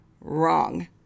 Wrong